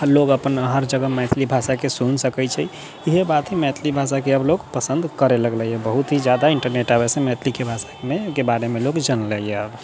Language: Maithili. लोक अपन हर जगह मैथिली भाषाके सुनि सकै छै इएह बात हइ मैथिली भाषाके अब लोग पसन्द करै लगलैए बहुत ही ज्यादा इन्टरनेट आबैसँ मैथिली भाषाके बारेमे लोग जनलैए